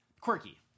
quirky